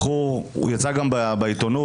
הוא יצא גם בעיתונות,